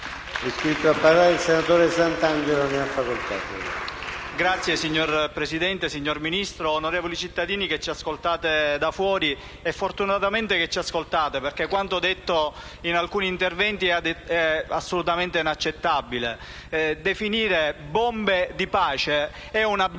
Signor Presidente, signor Ministro, onorevoli cittadini che ci ascoltate (fortunatamente ci ascoltate, perché quanto detto in alcuni interventi è assolutamente inaccettabile), parlare di bombe di pace è una bestemmia